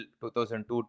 2002